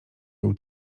był